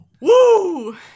Woo